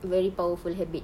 very powerful habit